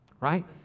right